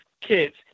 kids